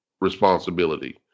responsibility